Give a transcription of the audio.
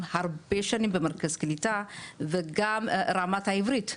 הרבה שנים במרכז קליטה וגם רמת העברית,